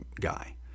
guy